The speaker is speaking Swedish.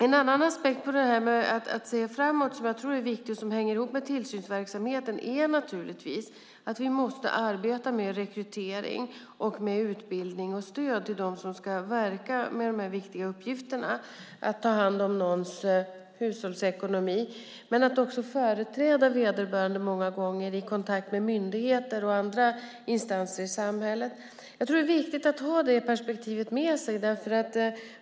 En annan aspekt på detta med att se framåt, som jag tror är viktig och som hänger ihop med tillsynsverksamheten, är att vi måste arbeta med rekrytering, utbildning och stöd för dem som ska arbeta med dessa viktiga uppgifter, att ta hand om någons hushållsekonomi och att också företräda vederbörande i kontakterna med myndigheter och andra instanser i samhället. Det är viktigt att ha det perspektivet med sig.